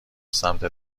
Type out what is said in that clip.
سمت